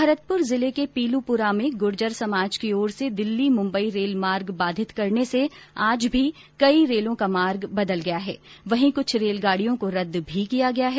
भरतपुर जिले के पीलूपुरा में गुर्जर समाज की ओर से दिल्ली मुंबई रेल मार्ग बाधित करने से आज भी कई रेलों का मार्ग बदला गया है वहीं कुछ रेलगाड़ियों को रद्द भी किया गया है